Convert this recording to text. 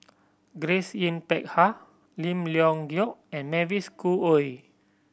Grace Yin Peck Ha Lim Leong Geok and Mavis Khoo Oei